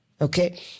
okay